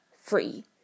free